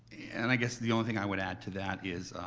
and i guess the only thing i would add to that is